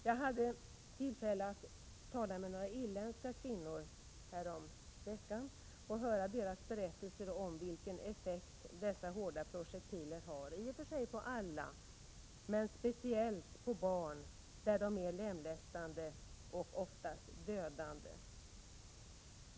Jag hade tillfälle att tala med några irländska kvinnor häromveckan och höra deras berättelser om vilken effekt dessa hårda projektiler har, i och för sig på alla men speciellt på barn, där de är lemlästande och oftast dödande.